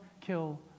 kill